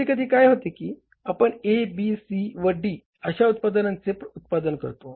कधीकधी काय होते की आपण A B C व D अशा उत्पादनांचे उत्पादन करतो